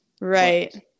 Right